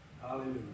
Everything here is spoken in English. Hallelujah